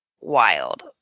wild